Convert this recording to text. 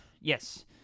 yes